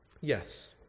Yes